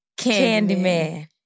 Candyman